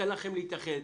אתן לכם להתייחס.